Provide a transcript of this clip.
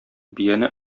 бияне